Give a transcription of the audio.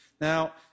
Now